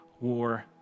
war